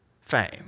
fame